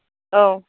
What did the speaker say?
औ